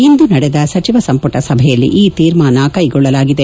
ಇಂದು ನಡೆದ ಸಚಿವ ಸಂಪುಟ ಸಭೆಯಲ್ಲಿ ಈ ತೀರ್ಮಾನ ಕೈಗೊಂಡಿದೆ